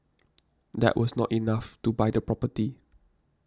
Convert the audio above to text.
that was not enough to buy the property